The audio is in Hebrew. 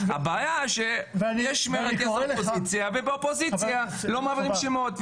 הבעיה שיש מרכז אופוזיציה ובאופוזיציה לא מעבירים שמות,